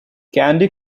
candy